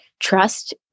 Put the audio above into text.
trust